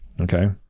okay